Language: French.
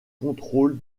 contrôle